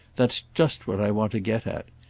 that's just what i want to get at.